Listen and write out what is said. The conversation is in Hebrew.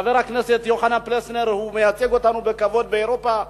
חבר הכנסת יוחנן פלסנר מייצג אותנו בכבוד באירופה,